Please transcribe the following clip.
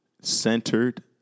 centered